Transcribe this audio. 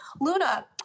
Luna